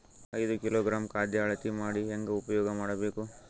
ಐದು ಕಿಲೋಗ್ರಾಂ ಖಾದ್ಯ ಅಳತಿ ಮಾಡಿ ಹೇಂಗ ಉಪಯೋಗ ಮಾಡಬೇಕು?